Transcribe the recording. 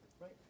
Right